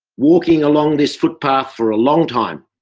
walking along this footpath for a long time,